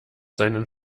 seinen